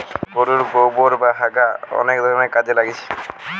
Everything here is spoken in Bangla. গোরুর গোবোর বা হাগা অনেক ধরণের কাজে লাগছে